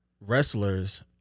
wrestlers